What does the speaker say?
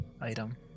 item